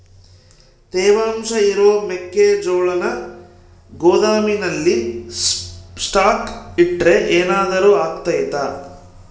ತೇವಾಂಶ ಇರೋ ಮೆಕ್ಕೆಜೋಳನ ಗೋದಾಮಿನಲ್ಲಿ ಸ್ಟಾಕ್ ಇಟ್ರೆ ಏನಾದರೂ ಅಗ್ತೈತ?